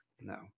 no